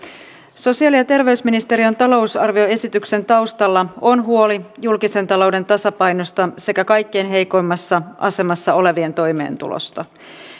sosiaali ja terveysministeriön talousarvioesityksen taustalla on huoli julkisen talouden tasapainosta sekä kaikkein heikoimmassa asemassa olevien toimeentulosta